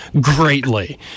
greatly